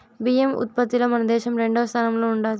బియ్యం ఉత్పత్తిలో మన దేశం రెండవ స్థానంలో ఉండాది